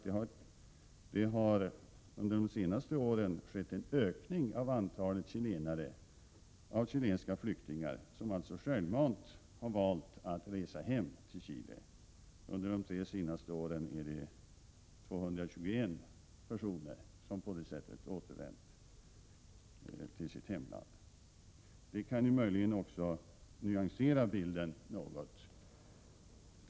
Det har under de senaste åren skett en ökning av antalet chilenska flyktingar som självmant har valt att resa hem till Chile. Under de tre senaste åren har 221 personer återvänt till sitt hemland på det sättet. Det kan möjligen också nyansera bilden något.